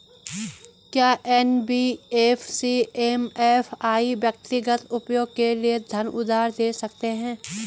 क्या NBFC MFI व्यक्तिगत उपयोग के लिए धन उधार दें सकते हैं?